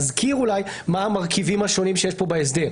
ולהזכיר מה המרכיבים השונים שיש פה בהסדר: